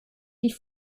die